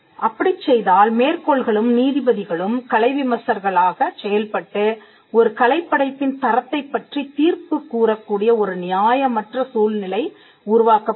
அப்படிச் செய்தால் மேற்கோள்களும் நீதிபதிகளும் கலை விமர்சகர்களாகச் செயல்பட்டு ஒரு கலைப் படைப்பின் தரத்தை பற்றித் தீர்ப்பு கூறக்கூடிய ஒரு நியாயமற்ற சூழ்நிலை உருவாக்கப்படும்